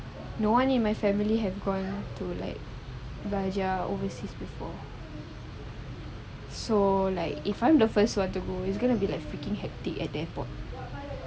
no one in my family have gone to like belajar overseas before so like if I'm the first one to go it's gonna be freaking hectic at the airport